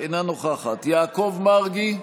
אינה נוכחת יעקב מרגי,